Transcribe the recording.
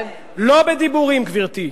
גברתי,